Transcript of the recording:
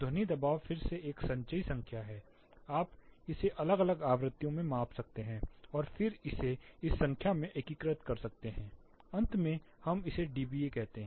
ध्वनि दबाव फिर से एक संचयी संख्या है आप इसे अलग अलग आवृत्ति में माप सकते हैं और फिर इसे एक संख्या में एकीकृत कर सकते हैं अंत में हम इसे डीबीए कहते हैं